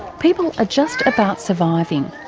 people are just about surviving.